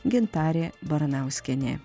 gintarė baranauskienė